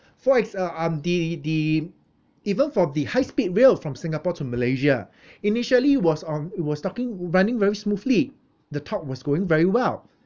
for ex~ uh um the the even for the high speed rail from singapore to malaysia initially was on it was talking running very smoothly the talk was going very well